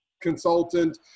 consultant